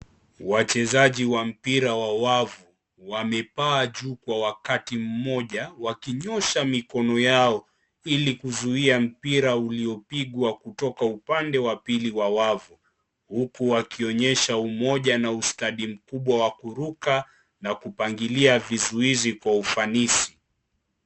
Wachezaji wa mpira wa wavu wamepaa juu kwa wakati mmoja wakinyosha mikono yao ili kuzuia mpira uliopigwa kutoka upande wa pili wa wavu. Huku wakionyesha umoja na ustadi mkubwa wa kuruka na kupangilia vizuizi kwa ufanisi.